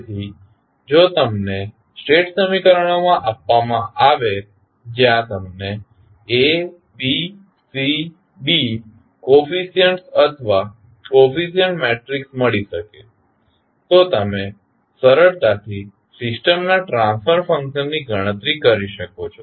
તેથી જો તમને સ્ટેટ સમીકરણો આપવામાં આવે જ્યાં તમને A B C D coefficients અથવા કોફીશિયન્ટ મેટ્રિકસ મળી શકે તો તમે સરળતાથી સિસ્ટમના ટ્રાન્સફર ફંકશનની ગણતરી કરી શકો છો